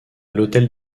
l’hôtel